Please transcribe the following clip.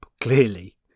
clearly